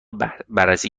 بررسی